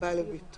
בא לידי ביטוי.